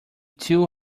too